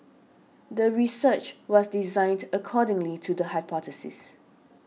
the research was designed accordingly to the hypothesis